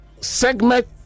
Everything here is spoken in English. segment